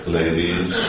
ladies